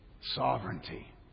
Sovereignty